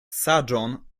saĝon